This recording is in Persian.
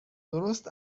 درست